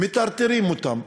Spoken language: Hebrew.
מטרטרים אותם.